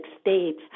states